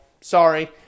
Sorry